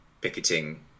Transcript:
picketing